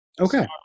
Okay